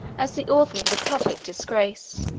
as the author of the public disgrace.